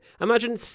Imagine